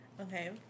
Okay